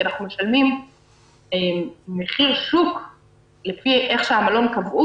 אנחנו משלמים מחיר שוק לפי איך שהמלון קבע,